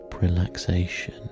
relaxation